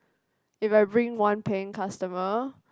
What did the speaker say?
if I bring one paying customer